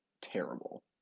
terrible